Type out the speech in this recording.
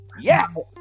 Yes